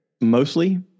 Mostly